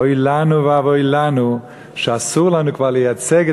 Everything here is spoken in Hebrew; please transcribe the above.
אוי לנו ואבוי לנו שאסור לנו כבר לייצג את